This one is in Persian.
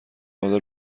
قادر